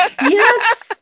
Yes